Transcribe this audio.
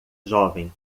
jovem